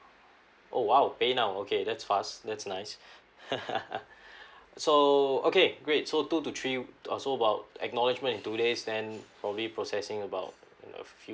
oh !wow! pay now okay that's fast that's nice so okay great so two to three uh so about acknowledgement in two days then probably processing about a few